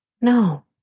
no